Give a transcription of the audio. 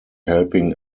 helping